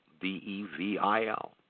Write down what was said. D-E-V-I-L